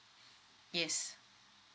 yes